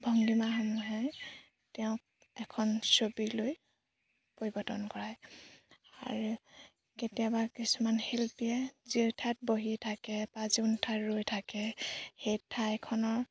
ভংগীমাসমূহে তেওঁক এখন ছবিলৈ পৰিৱৰ্তন কৰাই আৰু কেতিয়াবা কিছুমান শিল্পীয়ে যি ঠাইত বহি থাকে বা যোনঠাইত ৰৈ থাকে সেই ঠাইখনৰ